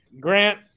Grant